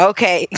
Okay